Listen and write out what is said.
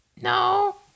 No